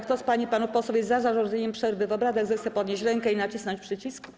Kto z pań i panów posłów jest za zarządzeniem przerwy w obradach, zechce podnieść rękę i nacisnąć przycisk.